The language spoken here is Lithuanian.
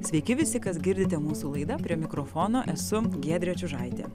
sveiki visi kas girdite mūsų laidą prie mikrofono esu giedrė čiužaitė